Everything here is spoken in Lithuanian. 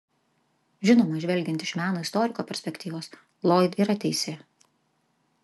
žinoma žvelgiant iš meno istoriko perspektyvos loyd yra teisi